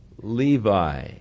Levi